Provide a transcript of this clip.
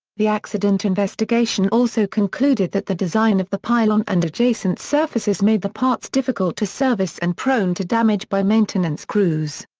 the accident investigation also concluded that the design of the pylon and adjacent surfaces made the parts difficult to service and prone to damage by maintenance crews.